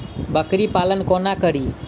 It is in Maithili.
बकरी पालन कोना करि?